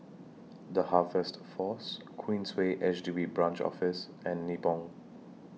The Harvest Force Queensway H D B Branch Office and Nibong